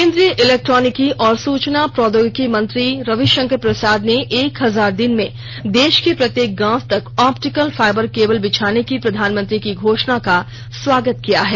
केंद्रीय इलेक्ट्रॉनिकी और सूचना प्रौद्योगिकी मंत्री रवि शंकर प्रसाद ने एक हजार दिन में देश के प्रत्येक गांव तक ऑप्टिकल फाइबर केबल बिछाने की प्रधानमंत्री की घोषणा का स्वागत किया है